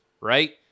right